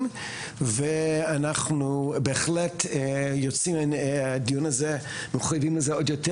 ואנחנו בהחלט יוצאים מהדיון הזה עוד יותר,